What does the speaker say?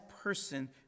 person